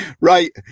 Right